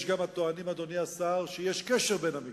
יש גם הטוענים, אדוני השר, שיש קשר בין המקרים.